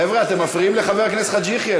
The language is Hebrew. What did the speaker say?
חבר'ה, אתם מפריעים לחבר הכנסת חאג' יחיא.